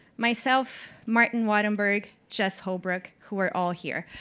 myself, martin wattenberg, jess holbrook who are all here